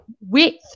width